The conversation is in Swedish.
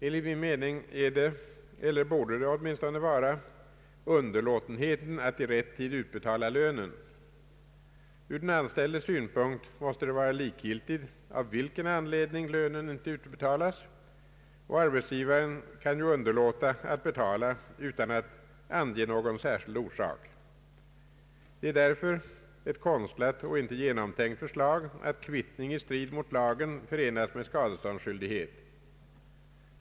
Enligt min mening är det, eller borde det åtminstone vara, underlåtenheten att i rätt tid utbetala lönen. Från den anställdes synpunkt måste det vara likgiltigt av vilken anledning lönen icke utbetalas, och arbetsgivaren kan ju underlåta att betala den utan att ange någon särskild orsak. Det är därför ett konstlat och icke genomtänkt förslag att kvittning i strid mot lagen förenats med skadeståndsskyldighet.